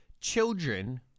children